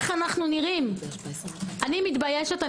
אני מתביישת.